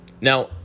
Now